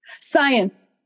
Science